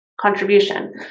contribution